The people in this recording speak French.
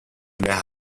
maire